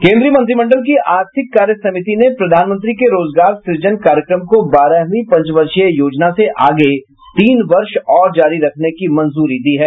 केन्द्रीय मंत्रिमंडल की आर्थिक कार्य समिति ने प्रधानमंत्री के रोजगार सृजन कार्यक्रम को बारहवीं पंचवर्षीय योजना से आगे तीन वर्ष और जारी रखने की मंजूरी दी है